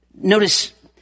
notice